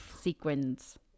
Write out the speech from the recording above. sequins